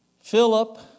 Philip